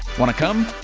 wanna come?